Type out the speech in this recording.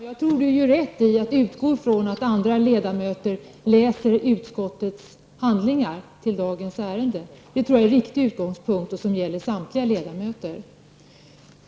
Herr talman! Jag tycker att Sten-Ove Sundström gör rätt i att utgå från att andra ledamöter läser utskottets handlingar till dagens ärende. Det tror jag är en riktig utgångspunkt, som gäller samtliga ledamöter.